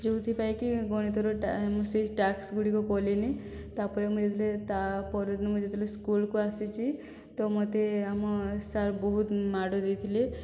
ଯେଉଁଥି ପାଇଁକି ଗଣିତର ସେ ଟାସ୍କ ଗୁଡ଼ିକ କଲିନି ତାପରେ ମୁଁ ତା ପର ଦିନ ମୁଁ ଯେତେବେଳେ ସ୍କୁଲକୁ ଆସିଛି ତ ମୋତେ ଆମ ସାର୍ ବହୁତ ମାଡ଼ ଦେଇଥିଲେ